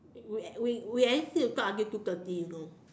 we we we at least need to talk until two thirty you know